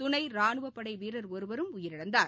துணைராணுவப்படைவீரர் ஒருவரும் உயிரிழந்தார்